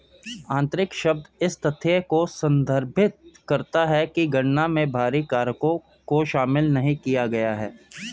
आंतरिक शब्द इस तथ्य को संदर्भित करता है कि गणना में बाहरी कारकों को शामिल नहीं किया गया है